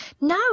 No